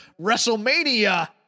WrestleMania